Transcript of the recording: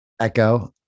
Echo